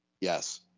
Yes